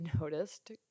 noticed